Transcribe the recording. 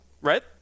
Right